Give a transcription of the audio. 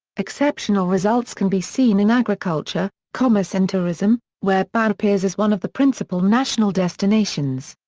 exceptional results can be seen in agriculture, commerce and tourism, where bahia appears as one of the principal national destinations.